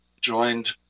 joined